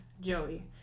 Joey